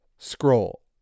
Scroll